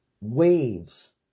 waves